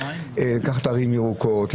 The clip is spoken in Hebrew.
לקחת ערים ירוקות,